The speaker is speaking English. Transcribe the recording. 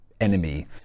enemy